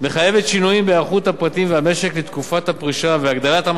הפרישה והגדלת המשאבים העומדים לזכותם לקראת הפרישה.